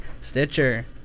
Stitcher